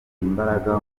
imbaraga